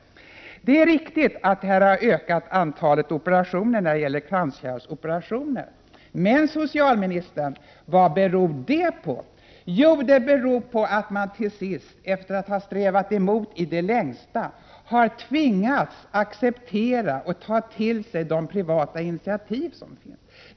Det är riktigt att antalet kranskärlsoperationer har ökat. Men, socialministern, vad beror det på? Jo, det beror på att man till sist, efter att ha strävat emot i det längsta, har tvingats acceptera och ta till sig de privata initiativ som finns.